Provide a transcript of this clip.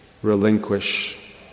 relinquish